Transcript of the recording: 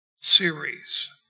series